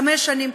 חמש שנים,